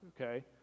okay